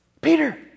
Peter